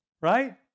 right